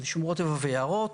שמורות טבע ויערות,